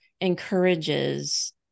encourages